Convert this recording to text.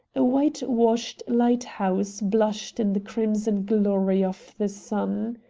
a whitewashed light-house blushed in the crimson glory of the sun.